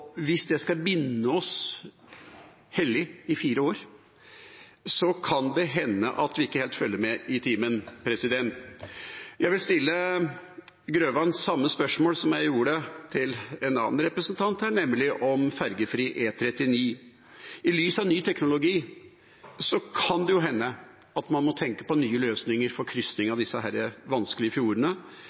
hvis den skal binde oss hellig i fire år, kan det hende vi ikke helt følger med i timen. Jeg vil stille representanten Grøvan samme spørsmål som jeg stilte en annen representant her, om fergefri E39. I lys av ny teknologi kan det hende man må tenke på nye løsninger for kryssing av disse vanskelige fjordene.